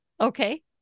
Okay